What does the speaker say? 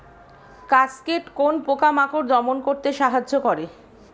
Cascade কোন পোকা মাকড় দমন করতে সাহায্য করে?